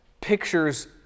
pictures